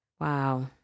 Wow